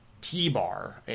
T-Bar